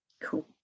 Cool